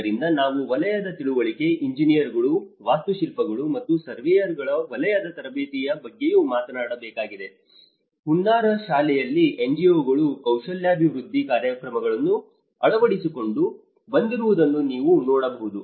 ಆದ್ದರಿಂದ ನಾವು ವಲಯದ ತಿಳುವಳಿಕೆ ಎಂಜಿನಿಯರ್ಗಳು ವಾಸ್ತುಶಿಲ್ಪಿಗಳು ಮತ್ತು ಸರ್ವೇಯರ್ಗಳ ವಲಯದ ತರಬೇತಿಯ ಬಗ್ಗೆಯೂ ಮಾತನಾಡಬೇಕಾಗಿದೆ ಹುನ್ನಾರಶಾಲೆಯಲ್ಲಿ NGO ಗಳು ಕೌಶಲ್ಯಾಭಿವೃದ್ಧಿ ಕಾರ್ಯಕ್ರಮಗಳನ್ನು ಅಳವಡಿಸಿಕೊಂಡು ಬಂದಿರುವುದನ್ನು ನೀವು ನೋಡಬಹುದು